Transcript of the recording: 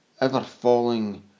ever-falling